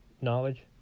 knowledge